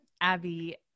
Abby